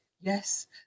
Yes